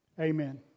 Amen